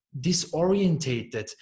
disorientated